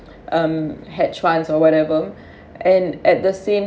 um hedge funds or whatever and at the same